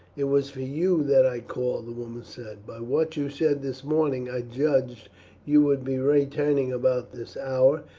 it was for you that i called, the woman said. by what you said this morning i judged you would be returning about this hour,